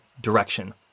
direction